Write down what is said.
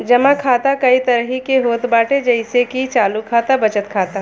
जमा खाता कई तरही के होत बाटे जइसे की चालू खाता, बचत खाता